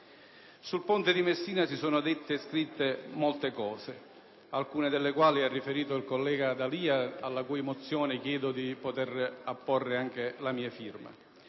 al ponte di Messina si sono dette e scritte molte cose, di alcune delle quali ha riferito il collega D'Alia, al quale chiedo di apporre la mia firma